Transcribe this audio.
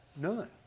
None